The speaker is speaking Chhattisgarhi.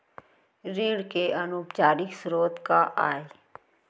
ऋण के अनौपचारिक स्रोत का आय?